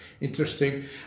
interesting